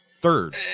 Third